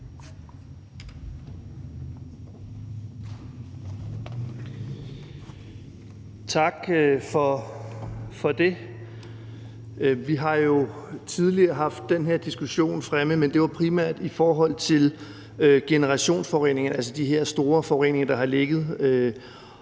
Tak for det. Vi har jo tidligere haft den her diskussion oppe, men det var primært i forhold til generationsforureningerne, altså de her store forureninger, der har ligget